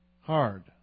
hard